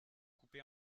coupés